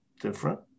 different